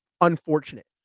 unfortunate